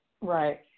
Right